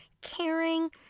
caring